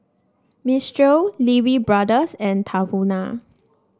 Mistral Lee Wee Brothers and Tahuna